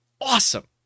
Awesome